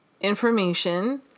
information